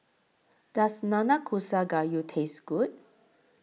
Does Nanakusa Gayu Taste Good